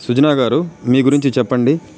సృజన గారు మీ గురించి చెప్పండి